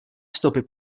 stopy